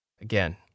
again